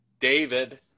David